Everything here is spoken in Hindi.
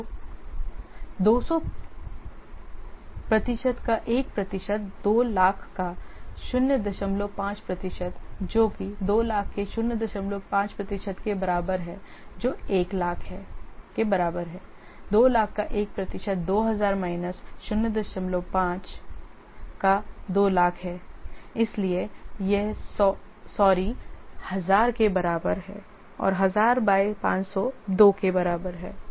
तो 200 प्रतिशत का 1 प्रतिशत 200000 का 05 प्रतिशत जो कि 200000 के 05 प्रतिशत के बराबर है जो 100000 के बराबर है 200000 का 1 प्रतिशत 2000 माइनस 05 का 200000 है इसलिए यह 100 सॉरी 1000 के बराबर है और 1000 बाय 500 2 के बराबर है